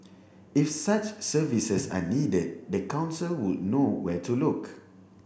if such services are needed the council would know where to look